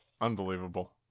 Unbelievable